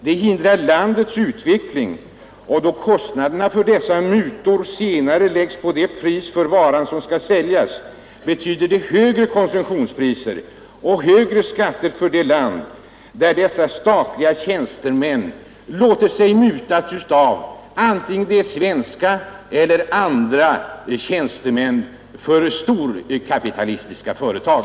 Det hindrar också landets utveckling, och då kostnaderna för dessa mutor läggs på priset för den vara som skall säljas betyder det högre konsumtionspriser och högre skatter för det land där dessa statliga tjänstemän låter sig mutas av antingen svenska eller andra tjänstemän i storkapitalistiska företag.